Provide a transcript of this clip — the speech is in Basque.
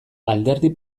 alderdi